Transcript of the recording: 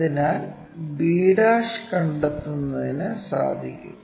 അതിനാൽ b1 കണ്ടെത്തുന്നതിന് സാധിക്കും